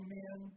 men